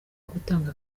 ugutanga